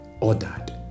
ordered